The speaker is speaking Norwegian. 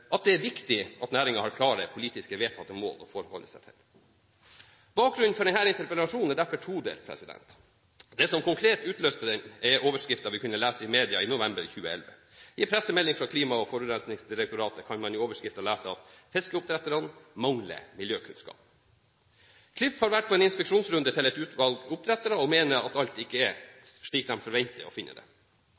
at det er viktig at næringen har klare politisk vedtatte mål å forholde seg til. Bakgrunnen for denne interpellasjonen er derfor todelt. Det som konkret utløste den, er overskriften vi kunne lese i media i november 2011. I en pressemelding fra Klima- og forurensningsdirektoratet kan man i overskriften lese «Fiskeoppdrettere mangler miljøkunnskap». Klif har vært på en inspeksjonsrunde til et utvalg oppdrettere og mener at alt ikke er slik de forventer å finne det.